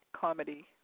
comedy